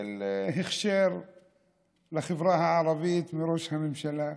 קיבל הכשר לחברה הערבית מראש הממשלה.